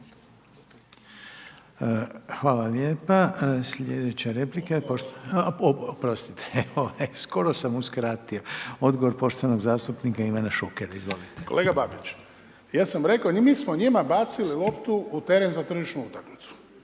Hvala lijepo. Sljedeća replika, oprostite, skoro sam uskratio. Odgovor poštovanog zastupnika Ivan Šukera. Izvolite. **Šuker, Ivan (HDZ)** Kolega Babić, ja sam rekao, mi smo njima bacili loptu u teren za tržišnu utakmicu.